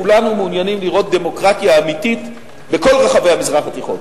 כולנו מעוניינים לראות דמוקרטיה אמיתית בכל רחבי המזרח התיכון.